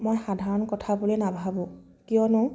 মই সাধাৰণ কথা বুলি নাভাবোঁ কাৰণ